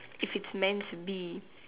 if it's meant to be